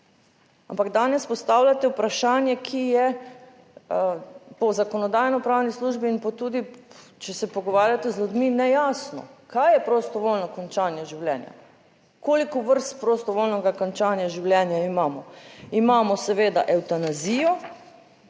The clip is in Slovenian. Ampak danes postavljate vprašanje, ki je po Zakonodajno-pravni službi in pa tudi, če se pogovarjate z ljudmi nejasno. Kaj je prostovoljno končanje življenja, koliko vrst prostovoljnega končanja življenja imamo? Imamo seveda evtanazijo.